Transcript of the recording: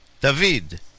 David